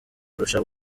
kurusha